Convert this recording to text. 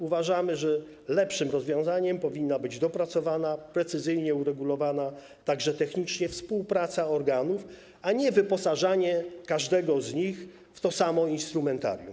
Uważamy, że lepszym rozwiązaniem powinna być dopracowana, precyzyjnie uregulowana, także technicznie, współpraca organów, a nie wyposażanie każdego z nich w to samo instrumentarium.